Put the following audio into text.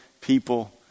people